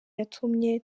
yatumye